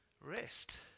rest